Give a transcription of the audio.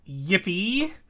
yippee